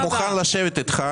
אני מוכן לשבת איתך.